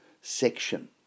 section